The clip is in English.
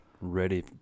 ready